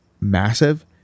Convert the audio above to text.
Massive